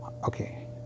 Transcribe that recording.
Okay